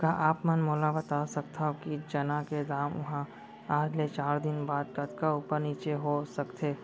का आप मन मोला बता सकथव कि चना के दाम हा आज ले चार दिन बाद कतका ऊपर नीचे हो सकथे?